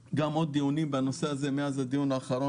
אנחנו גם קיימנו עוד דיונים מאז הדיון האחרון